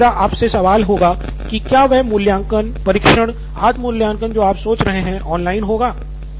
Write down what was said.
तो यही मेरा आपसे सवाल होगा की क्या वह मूल्यांकन परीक्षण आत्म मूल्यांकन जो आप सोच रहे है ऑनलाइन होगा